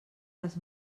les